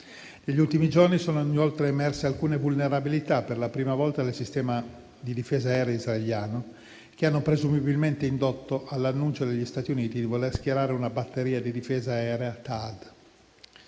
Negli ultimi giorni sono inoltre emerse alcune vulnerabilità, per la prima volta, nel sistema di difesa aerea israeliano, che hanno presumibilmente indotto gli Stati Uniti all'annuncio di voler schierare una batteria di difesa aerea